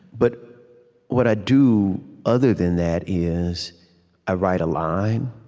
but what i do other than that is i write a line,